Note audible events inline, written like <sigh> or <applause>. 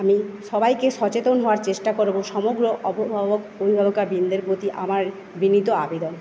আমি সবাইকে সচেতন হওয়ার চেষ্টা করবো সমগ্র <unintelligible> প্রতি আমার বিনীত আবেদন